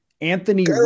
Anthony